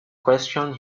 question